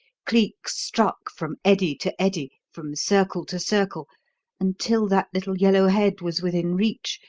cleek struck from eddy to eddy, from circle to circle until that little yellow head was within reach,